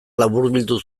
laburbildu